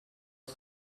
het